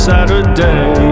Saturday